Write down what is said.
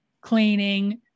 cleaning